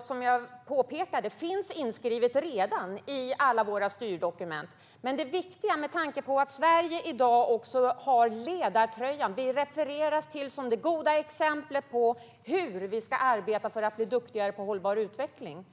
som jag påpekade, redan finns inskrivet i alla våra styrdokument? Sverige har i dag ledartröjan och refereras till som det goda exemplet på hur vi ska arbeta för att bli duktigare på hållbar utveckling.